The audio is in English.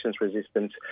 resistance